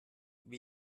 wie